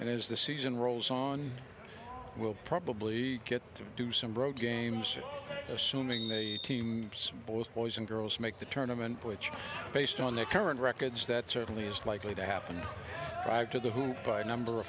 as the season rolls on we'll probably get to do some broke games assuming they team boys boys and girls make the tournaments which based on their current records that certainly is likely to happen back to the home by number